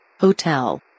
Hotel